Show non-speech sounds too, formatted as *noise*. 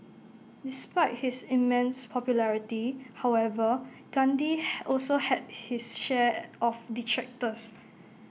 despite his immense popularity however Gandhi *noise* also had his share of detractors